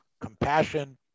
compassion